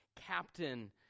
captain